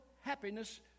happiness